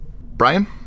Brian